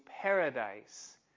paradise